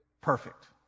perfect